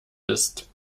ist